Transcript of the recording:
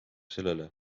sellele